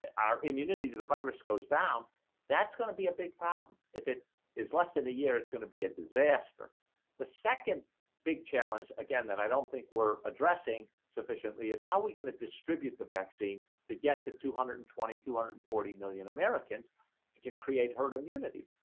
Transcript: and our immunity to the virus goes down that's gonna be a big problem if it is less than a year it's gonna be a disaster the second big challenge again that i don't think we're addressing sufficiently is how we gonna distribute the vaccine to get to two hundred and twenty two hundred and forty million americans to get create herd immunity